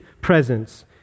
presence